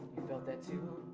you felt that too?